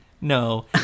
No